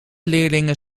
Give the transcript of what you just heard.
leerlingen